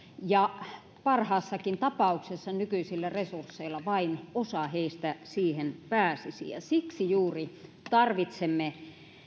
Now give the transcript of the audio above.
ja parhaassakin tapauksessa nykyisillä resursseilla vain osa heistä siihen pääsisi siksi juuri tarvitsemme